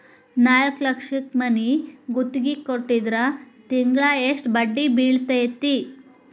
ನಾಲ್ಕ್ ಲಕ್ಷಕ್ ಮನಿ ಗುತ್ತಿಗಿ ಕೊಟ್ಟಿದ್ರ ತಿಂಗ್ಳಾ ಯೆಸ್ಟ್ ಬಡ್ದಿ ಬೇಳ್ತೆತಿ?